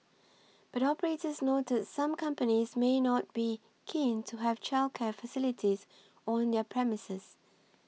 but operators noted some companies may not be keen to have childcare facilities on their premises